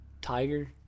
tiger